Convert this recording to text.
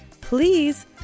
please